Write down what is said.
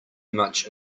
much